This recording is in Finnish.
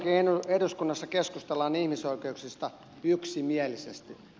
vihdoinkin eduskunnassa keskustellaan ihmisoikeuksista yksimielisesti